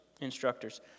instructors